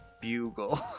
Bugle